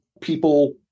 people